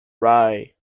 rye